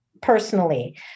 personally